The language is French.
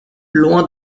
loin